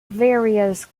various